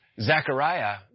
Zechariah